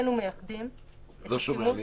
איננו מייחדים --- אני לא שומע.